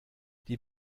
die